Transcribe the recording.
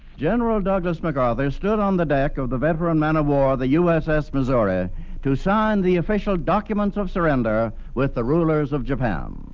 general douglas macarthur stood on the deck of the veteran man o'war, the uss missouri to sign the official documents of surrender with the rulers of japan. um